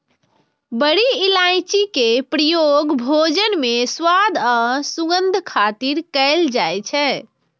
बड़ी इलायची के प्रयोग भोजन मे स्वाद आ सुगंध खातिर कैल जाइ छै